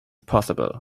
possible